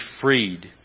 freed